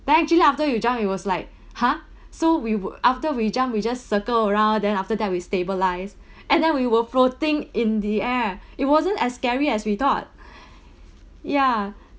then actually after you jump it was like !huh! so we were after we jump we just circle around then after that we stabilize and then we were floating in the air it wasn't as scary as we thought ya